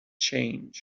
change